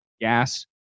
gas